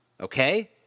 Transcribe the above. Okay